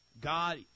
God